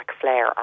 flare